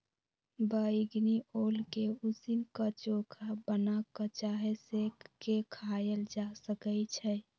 बइगनी ओल के उसीन क, चोखा बना कऽ चाहे सेंक के खायल जा सकइ छै